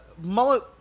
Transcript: mullet